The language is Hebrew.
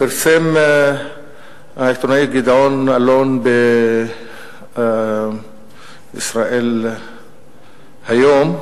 פרסם העיתונאי גדעון אלון ב"ישראל היום"